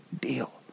deal